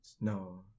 No